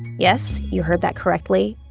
yes, you heard that correctly,